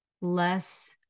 less